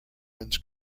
winds